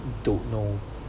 don't know